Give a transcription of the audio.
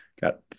Got